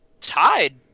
tied